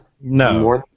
No